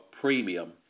premium